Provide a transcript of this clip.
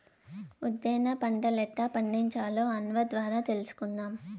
ఉద్దేన పంటలెట్టా పండించాలో అన్వర్ ద్వారా తెలుసుకుందాం